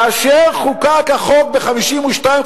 כאשר חוקק החוק ב-1952,